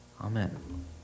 Amen